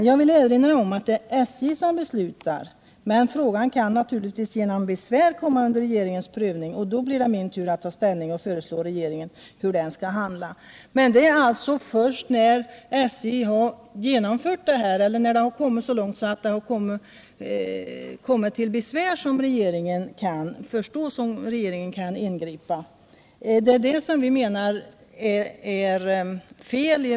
”Jag vill erinra om att det är SJ som beslutar, men frågan kan naturligtvis genom besvär komma under regeringens prövning, och då blir det min tur att ta ställning och föreslå regeringen hur den skall handla.” Det är alltså först när det har gått så långt att det kommit in besvär som regeringen tänker ingripa. Detta är fel, menar vi.